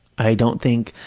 i don't think,